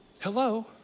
Hello